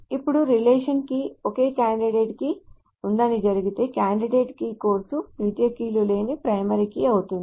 ఇప్పుడు రిలేషన్ కి ఒకే కాండిడేట్ కీ ఉందని జరిగితే కాండిడేట్ కీ కోర్సు ద్వితీయ కీలు లేని ప్రైమరీ కీ అవుతుంది